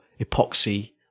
epoxy